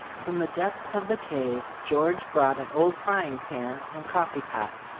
from the depths of the cave george brought an old frying pan and coffee pot.